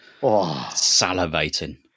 Salivating